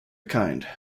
kind